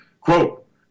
quote